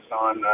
on